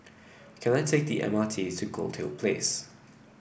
can I take the M R T to Goldhill Place